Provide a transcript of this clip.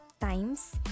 times